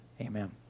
amen